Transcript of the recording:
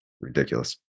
Ridiculous